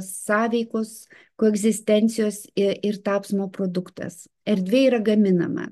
sąveikos koegzistencijos ir tapsmo produktas erdvė yra gaminama